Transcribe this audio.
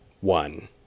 one